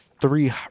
three